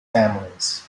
families